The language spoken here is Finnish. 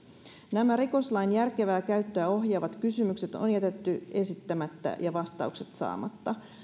nämä rikoslain järkevää käyttöä ohjaavat kysymykset on jätetty esittämättä ja vastaukset saamatta